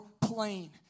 plain